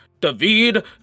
david